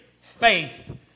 faith